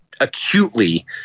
acutely